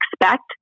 expect